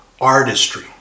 artistry